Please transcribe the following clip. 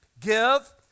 give